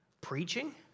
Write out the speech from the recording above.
preaching